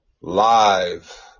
live